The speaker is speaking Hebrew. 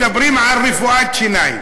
עכשיו אנחנו מדברים על רפואת שיניים.